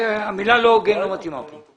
המילה לא הוגן לא מתאימה כאן.